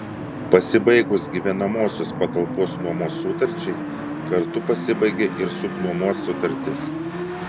pasibaigus gyvenamosios patalpos nuomos sutarčiai kartu pasibaigia ir subnuomos sutartis